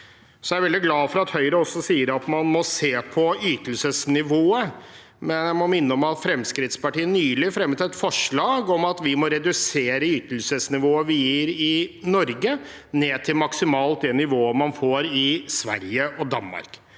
Jeg er veldig glad for at Høyre også sier at man må se på ytelsesnivået, men jeg må minne om at Fremskrittspartiet nylig fremmet et forslag om at vi må redusere ytelsesnivået vi gir i Norge, ned til maksimalt det nivået man får i Sverige og Danmark.